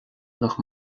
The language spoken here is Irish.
nach